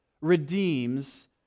redeems